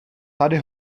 tady